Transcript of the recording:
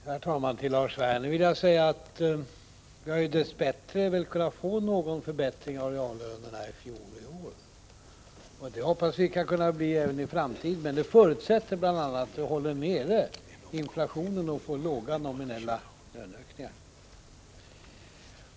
Herr talman! Till Lars Werner vill jag säga att vi dess bättre väl har kunnat notera någon förbättring av reallönerna i fjol och i år. Vi hoppas att så skall kunna bli fallet även i framtiden, men några förutsättningar härför är bl.a. att vi håller inflationen nere och får låga neminella löneökningar.